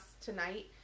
tonight